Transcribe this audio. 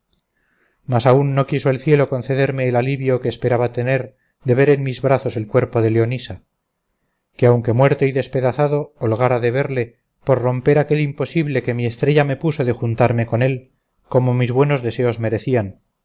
mas aún no quiso el cielo concederme el alivio que esperaba tener de ver en mis brazos el cuerpo de leonisa que aunque muerto y despedazado holgara de verle por romper aquel imposible que mi estrella me puso de juntarme con él como mis buenos deseos merecían